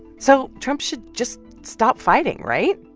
so trump should just stop fighting, right?